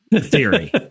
theory